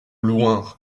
loin